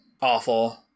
awful